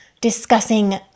discussing